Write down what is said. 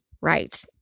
Right